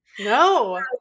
No